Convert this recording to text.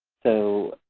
so